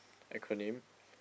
acronym